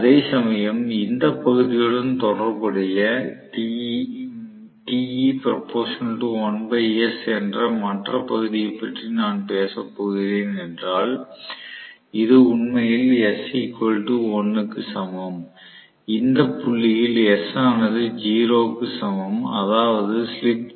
அதேசமயம் இந்த பகுதியுடன் தொடர்புடைய என்ற மற்ற பகுதியைப் பற்றி நான் பேசப் போகிறேன் என்றால் இது உண்மையில் s1 க்கு சமம் இந்த புள்ளியில் s ஆனது 0 க்கு சமம் அதாவது ஸ்லிப் 0 ஆகும்